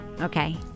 Okay